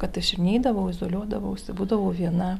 kad aš ir neidavau izoliuodavausi būdavau viena